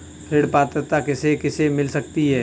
ऋण पात्रता किसे किसे मिल सकती है?